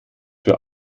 für